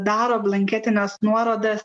daro blanketines nuorodas